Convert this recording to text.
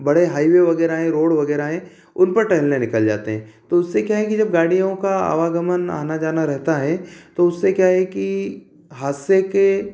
बड़े हाईवे वगैरह हैं रोड वगैरह हैं उन पर टहलने निकल जाते हैं तो उससे क्या है कि जब गाड़ियों का आवागमन आना जाना रहता है तो उससे क्या है कि हादसे के